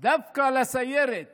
/ דווקא לסיירת